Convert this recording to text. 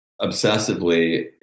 obsessively